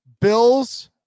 Bills